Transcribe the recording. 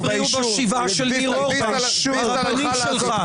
הפריעו בשבעה אצל ניר אורבך, הרבנים שלך.